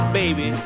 baby